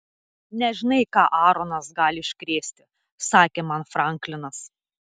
nežinai ką aaronas gali iškrėsti sakė man franklinas